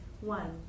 One